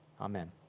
Amen